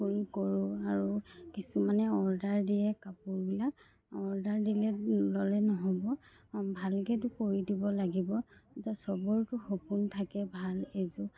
ফুল কৰোঁ আৰু কিছুমানে অৰ্ডাৰ দিয়ে কাপোৰবিলাক অৰ্ডাৰ দিলে ল'লে নহ'ব ভালকৈতো কৰি দিব লাগিব ত' চবৰটো সপোন থাকে ভাল এযোৰ